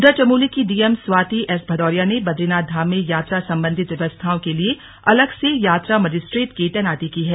उधर चमोली की DM Swati S Bhadauria ने बदरीनाथ धाम में यात्रा संबंधी व्यवस्थाओं के लिए अलग से यात्रा मजिस्ट्रेट की तैनाती की है